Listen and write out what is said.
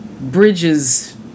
bridges